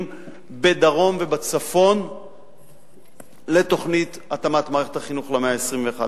בדרום ובצפון לתוכנית התאמת מערכת החינוך למאה ה-21,